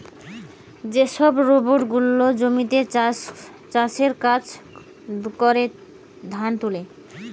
যে সব রোবট গুলা জমিতে চাষের কাজ করে, ধান তুলে